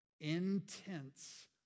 intense